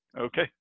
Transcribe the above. Okay